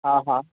हा हा